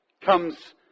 comes